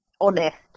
honest